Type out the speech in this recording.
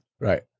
Right